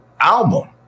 album